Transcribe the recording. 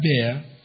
bear